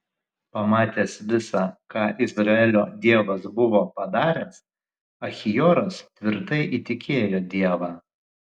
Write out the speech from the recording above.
pamatęs visa ką izraelio dievas buvo padaręs achioras tvirtai įtikėjo dievą